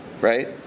right